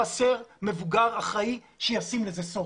חסר מבוגר אחראי שישים לזה סוף.